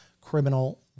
criminal